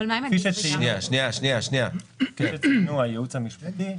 כפי שציינו הייעוץ המשפטי,